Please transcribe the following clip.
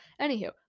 Anywho